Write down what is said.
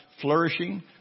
flourishing